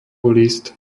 list